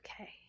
Okay